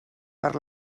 per